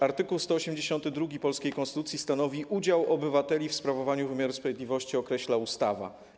Art. 182 polskiej konstytucji stanowi: „Udział obywateli w sprawowaniu wymiaru sprawiedliwości określa ustawa”